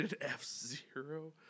F-Zero